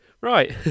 Right